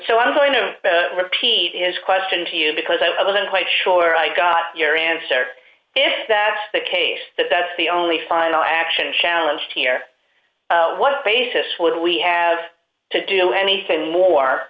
so i'm going to repeat his question to you because i wasn't quite sure i got your answer if that's the case that that's the only final action challenge here what basis would we have to do anything more